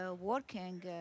working